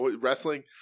Wrestling